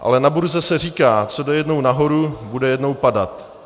Ale na burze se říká, co jde jednou nahoru, bude jednou padat.